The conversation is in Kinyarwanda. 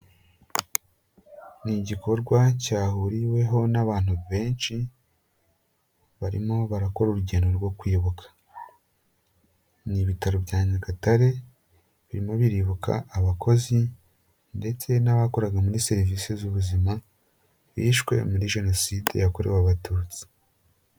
Ni igikorwa cyahuriweho n'abantu benshi, barimo barakora urugendo rwo kwibuka. Ni ibitaro bya nyagatare, birimo biribuka abakozi ndetse n'abakoraga muri serivisi z'ubu ubuzima, bishwe muri Jenoside yakorewe Abatutsi.